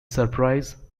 surprise